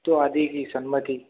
तो आधी ई संमती